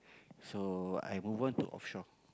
so I move on to offshore